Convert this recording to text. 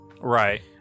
Right